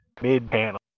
mid-panel